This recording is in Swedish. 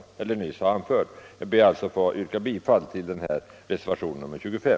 Herr talman! Jag ber alltså att få yrka bifall till reservationen 25.